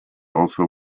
also